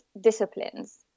disciplines